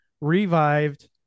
revived